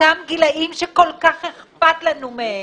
אותם גילאים שכל כך אכפת לנו מהם,